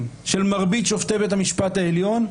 של מרבית שופטי בית המשפט העליון.